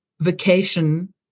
vacation